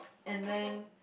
and then